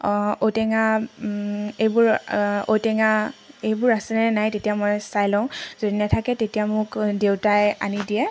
ঔটেঙা এইবোৰ ঐটেঙা এইবোৰ আছেনে নাই তেতিয়া মই চাই লওঁ যদি নাথাকে তেতিয়া মোক দেউতাই আনি দিয়ে